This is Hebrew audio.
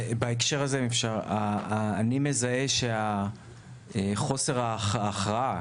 בהקשר הזה, אם אפשר, אני מזהה שחוסר ההכרעה